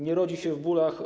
Nie rodzi się w bólach.